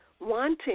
Wanting